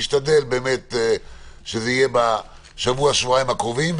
תשתדל שזה יהיה בשבוע שבועיים הקרובים,